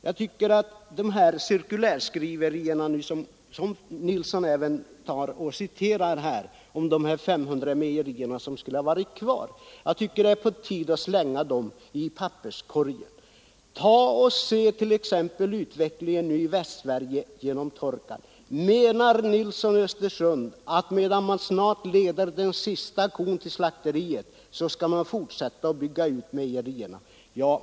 Jag tycker att dessa cirkulärskrivelser som herr Nilsson här citerade, om de 500 mejerierna som borde ha varit kvar, nu borde slängas i papperskorgen. Se t.ex. på utvecklingen i Västsverige på grund av torkan. Menar herr Nilsson i Östersund att medan man snart leder den sista kon till slakteriet, så skall vi fortsätta att bygga ut mejerier?